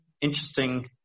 interesting